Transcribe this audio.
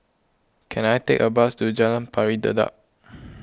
can I take a bus to Jalan Pari Dedap